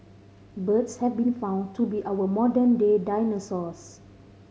birds have been found to be our modern day dinosaurs